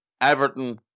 Everton